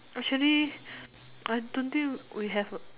actually I don't think we have a